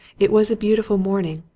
it was a beautiful morning.